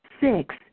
Six